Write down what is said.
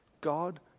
God